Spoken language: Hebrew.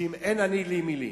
שאם אין אני לי מי לי.